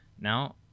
Now